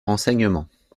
renseignements